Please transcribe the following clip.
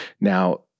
Now